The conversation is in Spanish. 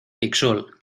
tixul